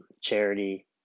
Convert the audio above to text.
Charity